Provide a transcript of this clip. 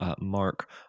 Mark